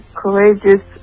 courageous